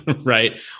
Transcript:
right